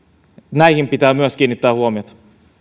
näihin pitää myös kiinnittää huomiota